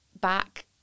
back